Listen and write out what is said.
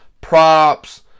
props